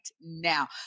now